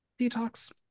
Detox